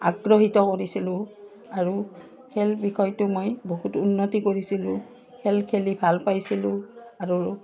আগ্ৰহিত কৰিছিলোঁ আৰু খেল বিষয়টো মই বহুত উন্নতি কৰিছিলোঁ খেল খেলি ভাল পাইছিলোঁ আৰু